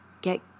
get